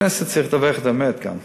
לכנסת צריך לדווח את האמת גם,